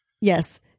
Yes